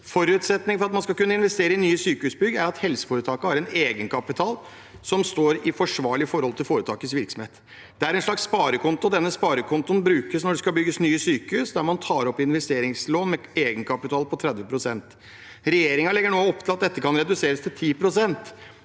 Forutsetningen for at man skal kunne investere i nye sykehusbygg er at helseforetakene har en egenkapitalen som står i forsvarlig forhold til foretakets virksomhet. Det er en slags sparekonto, og denne sparekontoen brukes når det skal bygges nye sykehus, der man tar opp investeringslån med en egenkapital på 30 pst. Regjeringen legger nå opp til at dette kan reduseres til 10 pst.